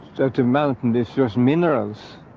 that a mountain is just minerals.